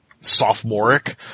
sophomoric